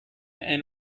and